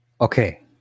okay